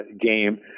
game